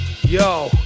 yo